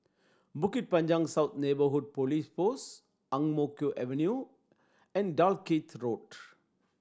Bukit Panjang South Neighbourhood Police Post Ang Mo Kio Avenue and Dalkeith Road